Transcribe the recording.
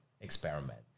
experiment